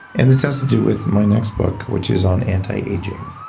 and this has to do with my next book, which is on antiaging.